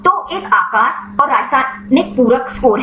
तो एक आकार और रासायनिक पूरक स्कोर है